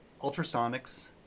ultrasonics